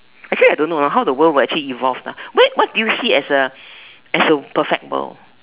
actually I don't know ah how the world will actually evolve lah where what do you see as a as a perfect world